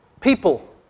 people